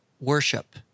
worship